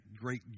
great